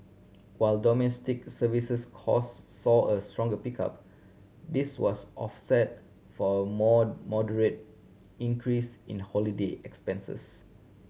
while domestic services cost saw a stronger pickup this was offset for a more moderate increase in holiday expenses